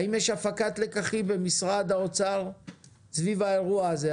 האם יש הפקת לקחים במשרד האוצר סביב האירוע הזה?